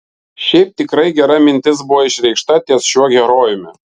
šiaip tikrai gera mintis buvo išreikšta ties šiuo herojumi